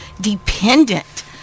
dependent